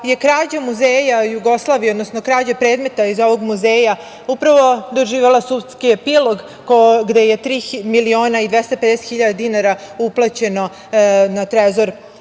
je krađa Muzeja Jugoslavije, odnosno krađa predmeta iz ovog muzeja, upravo doživela sudski epilog gde je tri miliona i 250 hiljade dinara uplaćeno na Trezor